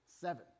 Seven